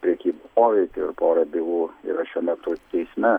prekyba poveikiu ir pora bylų yra šiuo metu teisme